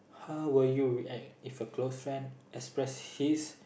how will you react if a close friend express his